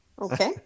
Okay